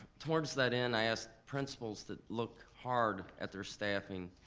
towards that end, i asked principals to look hard at their staffing,